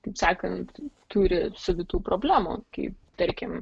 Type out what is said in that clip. taip sakant turi savitų problemų kaip tarkim